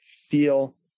feel